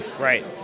Right